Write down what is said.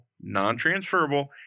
non-transferable